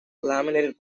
laminated